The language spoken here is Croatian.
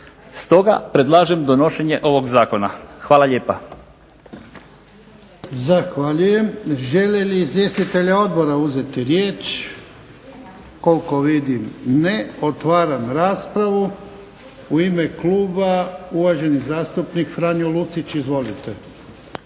Stoga predlažem donošenje ovog zakona. Hvala lijepa.